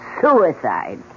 Suicide